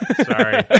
Sorry